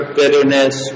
bitterness